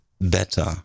better